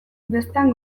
bestean